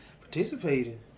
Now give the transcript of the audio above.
participating